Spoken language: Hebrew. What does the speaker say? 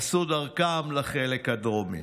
עשו דרכם לחלק הדרומי,